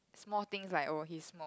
small things like oh he's small